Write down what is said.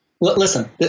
listen